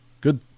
good